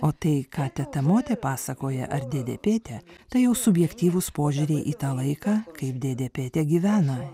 o tai ką teta motė pasakoja ar dėdė pėtia tai jau subjektyvūs požiūriai į tą laiką kaip dėdė pėtia gyvena